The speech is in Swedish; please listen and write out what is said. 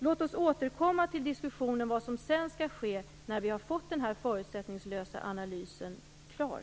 Låt oss återkomma till diskussionen om vad som sedan skall ske när den här förutsättningslösa analysen är klar.